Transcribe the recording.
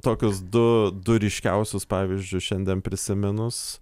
tokius du du ryškiausius pavyzdžius šiandien prisiminus